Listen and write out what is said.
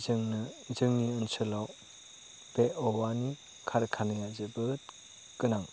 जोंनो जोंनि ओनसोलाव बे औवानि खारखानाया जोबोद गोनां